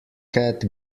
cat